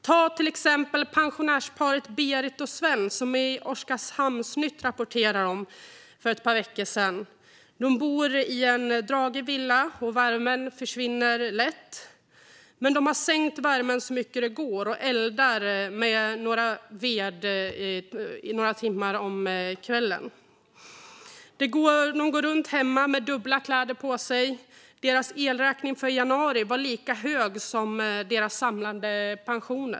Ta till exempel pensionärsparet Berit och Sven, som Oskarshamns-Nytt rapporterade om för ett par veckor sedan. De bor i en dragig villa, och värmen försvinner lätt. Men de har sänkt värmen så mycket det går och eldar med ved några timmar om kvällarna. De går runt hemma med dubbla kläder på sig. Deras elräkning för januari var lika hög som deras samlade pension.